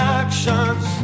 actions